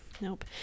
Nope